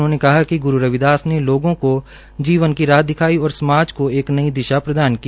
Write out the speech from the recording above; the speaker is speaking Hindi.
उन्होंने कहा कि ग्रू रविदास ने लोगों को जीवन की राह दिखाई और समाज को एक नई दिशा प्रदान की